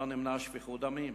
לא נמנע שפיכות דמים.